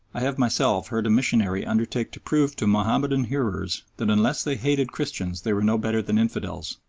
i have myself heard a missionary undertake to prove to mahomedan hearers that unless they hated christians they were no better than infidels.